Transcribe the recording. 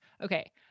Okay